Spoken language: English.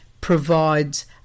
provides